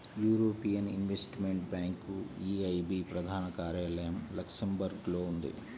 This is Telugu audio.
యూరోపియన్ ఇన్వెస్టిమెంట్ బ్యాంక్ ఈఐబీ ప్రధాన కార్యాలయం లక్సెంబర్గ్లో ఉంది